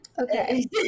Okay